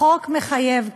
החוק מחייב לתת משהו כתוב?